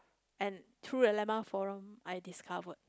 and through the landmark forum I discover